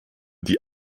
die